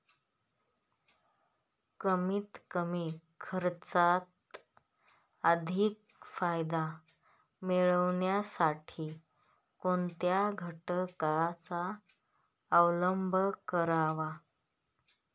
कमीत कमी खर्चात अधिक फायदा मिळविण्यासाठी कोणत्या घटकांचा अवलंब करावा?